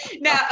Now